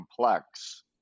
complex